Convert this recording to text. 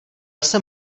jsem